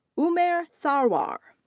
umair sarwar.